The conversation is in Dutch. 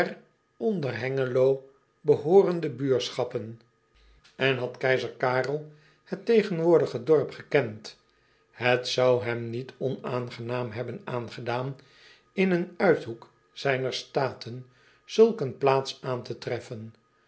onder engelo behoorende buurschappen n had keizer arel het tegenwoordige dorp gekend het zou hem niet onaangenaam hebben aangedaan in een uithoek zijner staten zulk een plaats aan te treffen